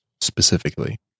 specifically